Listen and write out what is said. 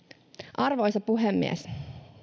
arvoisa puhemies